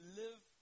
live